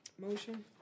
motion